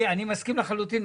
אני מסכים לחלוטין.